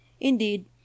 Indeed